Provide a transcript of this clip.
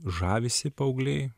žavisi paaugliai